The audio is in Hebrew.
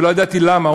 ולא ידעתי למה.